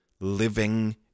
living